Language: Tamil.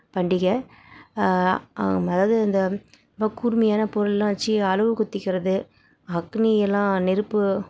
பண்டிகை அதாவது இந்த ரொம்ப கூர்மையான பொருள்லாம் வெச்சு அலகு குத்திக்கிறது அக்னி எல்லாம் நெருப்பு